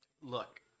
Look